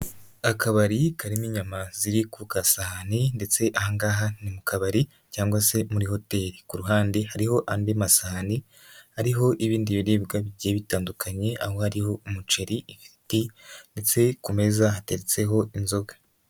Akabari karimo inyama ziri ku gasahani ndetse aha ngaha ni mu kabari cyangwa se muri hoteri, ku ruhande hariho andi masahani, ariho ibindi biribwa bigiye bitandukanye, aho hariho umuceri, ifiriti ndetse ku meza hateretseho inzoga.